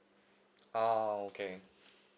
ah okay